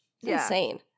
Insane